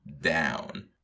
down